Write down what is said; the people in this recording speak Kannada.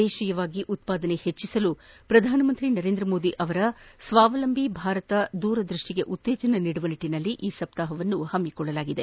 ದೇತೀಯವಾಗಿ ಉತ್ಪಾದನೆ ಹೆಚ್ಚಿಸಲು ಪ್ರಧಾನಮಂತ್ರಿ ನರೇಂದ್ರ ಮೋದಿ ಅವರ ಸ್ವಾವಲಂಬಿ ಭಾರತದ ದೂರದೃಷ್ಟಿಗೆ ಉತ್ತೇಜನ ನೀಡುವ ನಿಟ್ಟನಲ್ಲಿ ಈ ಸಪ್ತಾಹವನ್ನು ಹಮ್ಸಿಕೊಳ್ಳಲಾಗಿದೆ